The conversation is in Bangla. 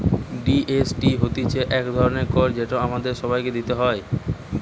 জি.এস.টি হতিছে এক ধরণের কর যেটা আমাদের সবাইকে দিতে হয়